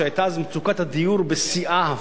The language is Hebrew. כשהיתה מצוקת הדיור בשיאה,